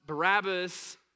Barabbas